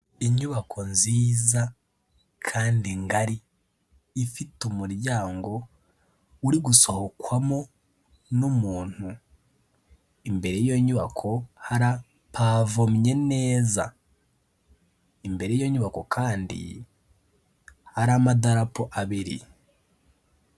Inyubako nziza kandi ngari ifite umuryango, uri gusohokwamo n'umuntu, imbere y'iyo nyubako harapavomye neza, imbere y'iyo nyubako kandi hari amadarapo abiri.